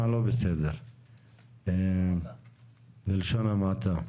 לא בסדר בלשון המעטה.